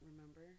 remember